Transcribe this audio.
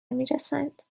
میرسند